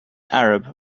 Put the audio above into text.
arab